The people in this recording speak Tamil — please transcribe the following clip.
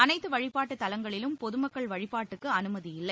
அனைத்து வழிபாட்டுத் தலங்களிலும் பொது மக்கள் வழிபாட்டுக்கு அனுமதியில்லை